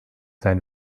sein